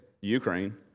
Ukraine